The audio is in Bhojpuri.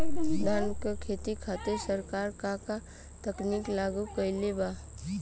धान क खेती खातिर सरकार का का तकनीक लागू कईले बा?